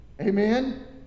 Amen